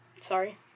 Sorry